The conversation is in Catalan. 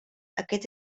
aquest